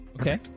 Okay